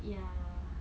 ya